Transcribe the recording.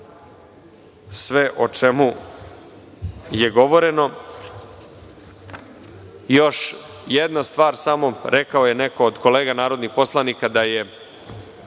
sve o čemu je govoreno. Još jedna stvar samo, rekao je neko od kolega narodnih poslanika da je